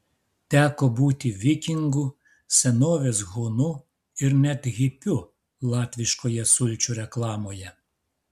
teko būti vikingu senovės hunu ir net hipiu latviškoje sulčių reklamoje